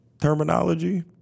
terminology